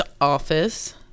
office